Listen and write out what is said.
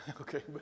okay